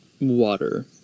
water